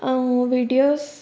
ऐं वीडियोस